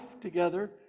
together